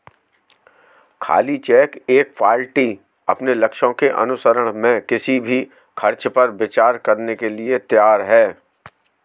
खाली चेक एक पार्टी अपने लक्ष्यों के अनुसरण में किसी भी खर्च पर विचार करने के लिए तैयार है